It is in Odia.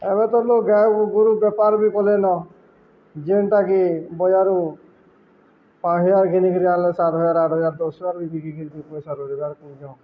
ଏବେ ତ ମୁଁ ଗାଈ ଗୋରୁ ବେପାର ବି କଲେନ ଯେନ୍ଟାକି ବଜାରୁ ପାଞ୍ଚହଜାର କିଣିକିରି ଆଣିଲେ ସାତହଜାର ଆଠହଜାର ଦଶ ହଜାର ବିକିିକିରିି ଦୁଇ ପଇସା ରୋଜଗାର କରିନିଅ